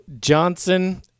Johnson